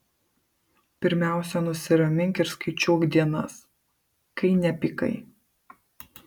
pirmiausia nusiramink ir skaičiuok dienas kai nepykai